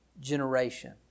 generation